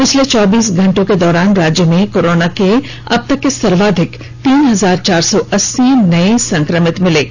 पिछले चौबीस घंटों के दौरान राज्य में कोरोना के अब तक के सर्वाधिक तीन हजार चार सौ अस्सी नये कोरोना संक्रमित मिले हैं